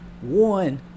one